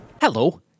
Hello